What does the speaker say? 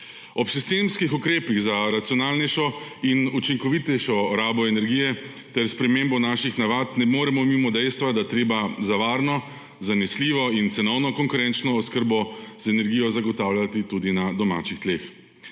Ob sistemskih ukrepih za racionalnejšo in učinkovitejšo rabo energije ter spremembi naših navad ne moremo mimo dejstva, da je treba za varno, zanesljivo in cenovno konkurenčno oskrbo z energijo zagotavljati tudi na domačih tleh.